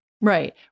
Right